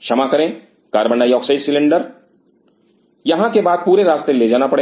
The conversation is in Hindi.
क्षमा करें कार्बन डाइऑक्साइड सिलेंडर यहां के बाद पूरे रास्ते ले जाना पड़ेगा